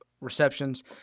receptions